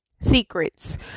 secrets